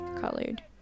colored